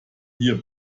hier